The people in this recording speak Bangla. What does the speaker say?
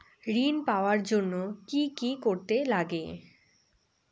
ঋণ পাওয়ার জন্য কি কি করতে লাগে?